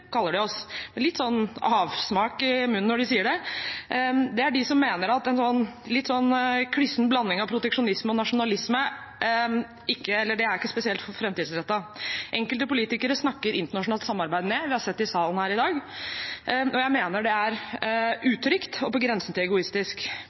kaller de oss. Det er litt avsmak når de sier det. Det er noen som mener at en sånn litt klissen blanding av proteksjonisme og nasjonalisme ikke er spesielt framtidsrettet. Enkelte politikere snakker internasjonalt samarbeid ned, vi har hørt det i salen her i dag, og jeg mener det er